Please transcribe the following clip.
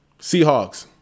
Seahawks